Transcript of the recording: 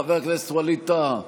חבר הכנסת ווליד טאהא,